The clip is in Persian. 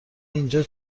اینجا